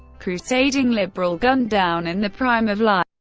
crusading liberal gunned down in the prime of life.